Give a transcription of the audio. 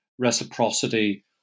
reciprocity